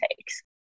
takes